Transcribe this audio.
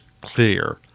clear